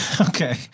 Okay